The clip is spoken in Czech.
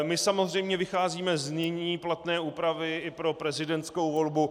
My samozřejmě vycházíme z nyní platné úpravy i pro prezidentskou volbu.